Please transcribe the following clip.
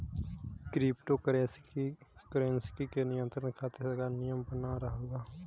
crypto currency के नियंत्रण खातिर सरकार नियम बना रहल बा